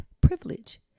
privilege